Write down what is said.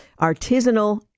artisanal